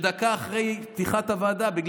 ודקה אחרי פתיחת הוועדה היא זרקה את כל ההסתייגויות,